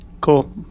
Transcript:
cool